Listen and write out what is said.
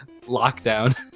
Lockdown